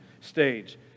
stage